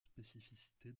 spécificité